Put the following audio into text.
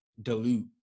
dilute